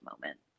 moment